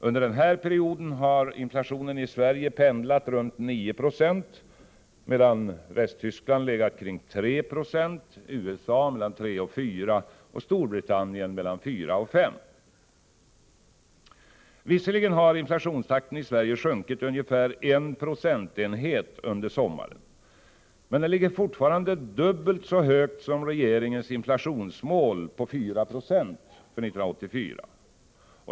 Under den här perioden har inflationen i Sverige pendlat runt 9 20, medan Västtyskland legat kring 3 26, USA mellan 3 och 4 90 och Storbritannien mellan 4 och 5 960. Visserligen har inflationstakten i Sverige sjunkit ungefär 1 procentenhet under sommaren, men den ligger fortfarande dubbelt så högt som regeringens inflationsmål på 4 96 för 1984.